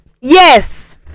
yes